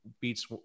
beats